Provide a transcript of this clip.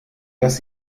dass